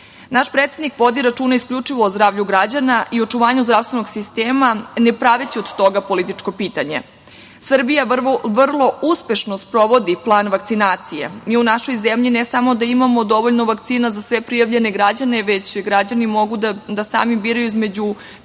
Naš predsednik vodi računa isključivo o zdravlju građana i očuvanju zdravstvenog sistema ne praveći od toga političko pitanje. Srbija vrlo uspešno sprovodi plan vakcinacije i u našoj zemlji ne samo da imamo dovoljno vakcina za sve prijavljene građane, već građani mogu da sami biraju između